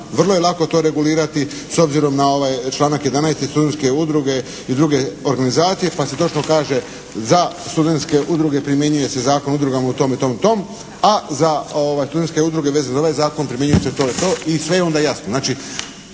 vrlo je lako to regulirati s obzirom na članak 11. studentske udruge i druge organizacije pa se točno kaže za studentske udruge primjenjuje se Zakon o udrugama u tom i tom, a za studentske udruge vezano za ovaj zakon primjenjuje se to i to i sve je onda jasno.